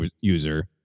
user